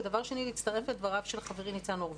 ודבר שני, להצטרף לדבריו של חברי ניצן הורוביץ.